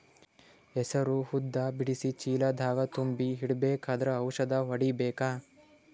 ಹೆಸರು ಉದ್ದ ಬಿಡಿಸಿ ಚೀಲ ದಾಗ್ ತುಂಬಿ ಇಡ್ಬೇಕಾದ್ರ ಔಷದ ಹೊಡಿಬೇಕ?